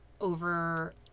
over